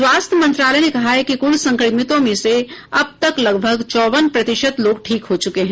स्वास्थ्य मंत्रालय ने कहा है कि कुल संक्रमितों में से अब तक लगभग चौवन प्रतिशत लोग ठीक हो चुके हैं